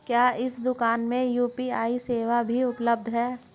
क्या इस दूकान में यू.पी.आई सेवा भी उपलब्ध है?